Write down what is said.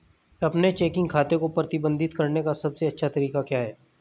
अपने चेकिंग खाते को प्रबंधित करने का सबसे अच्छा तरीका क्या है?